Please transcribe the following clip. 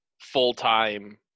full-time